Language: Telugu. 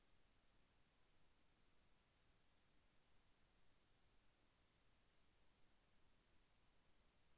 సర్టిఫైడ్ ఆర్గానిక్ వ్యవసాయం ప్రపంచ వ్యాప్తముగా ఎన్నిహెక్టర్లలో ఉంది?